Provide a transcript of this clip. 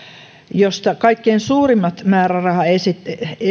josta kaikkein suurimmat määrärahaerät